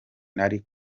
nari